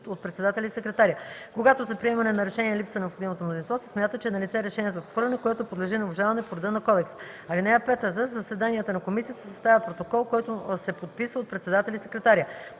от председателя и секретаря. Когато за приемане на решение липсва необходимото мнозинство, се смята, че е налице решение за отхвърляне, което подлежи на обжалване по реда на кодекса. (5) За заседанията на комисията се съставя протокол, който се подписва от председателя и секретаря.